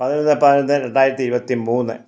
പതിനൊന്ന് പതിനൊന്ന് രണ്ടായിരത്തി ഇരുപത്തി മൂന്ന്